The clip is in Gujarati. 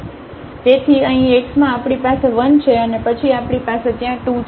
તેથી અહીં x માં આપણી પાસે 1 છે અને પછી આપણી પાસે ત્યાં 2 છે